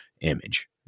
image